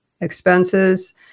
expenses